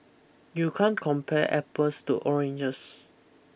you can't compare apples to oranges